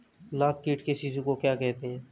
लाख कीट के शिशु को क्या कहते हैं?